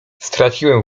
straciłem